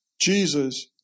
Jesus